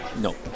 No